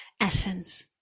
essence